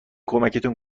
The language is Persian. کمکتون